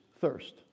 thirst